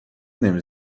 نمی